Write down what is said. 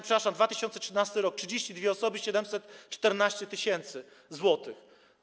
Przepraszam, 2013 r. - 32 osoby, 714 tys. zł.